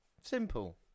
Simple